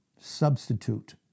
substitute